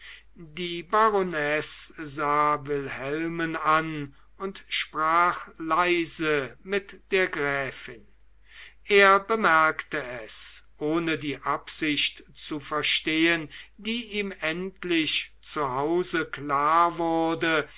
die baronesse sah wilhelmen an und sprach leise mit der gräfin er bemerkte es ohne die absicht zu verstehen die ihm endlich zu hause klar wurde